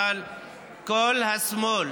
אבל כל השמאל,